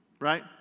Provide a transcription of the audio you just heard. Right